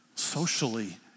socially